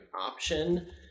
option